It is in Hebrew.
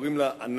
קוראים לה ענתא,